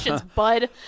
bud